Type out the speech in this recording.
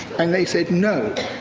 and they said, no.